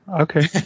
okay